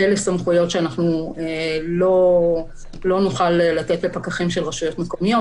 אלה סמכויות שאנחנו לא נוכל לתת לפקחים של רשויות מקומיות,